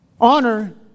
Honor